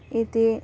इति